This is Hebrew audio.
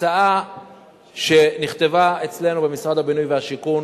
ההצעה שנכתבה אצלנו במשרד הבינוי והשיכון